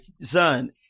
son